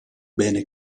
bene